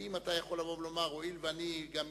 האם אתה יכול לבוא ולומר: הואיל ואני גם עשיר,